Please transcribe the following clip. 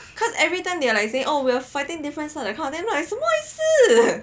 cause everytime they are like saying oh we're fighting difference side lah that kind of thing then 什么意思